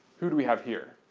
who do we have here?